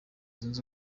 zunze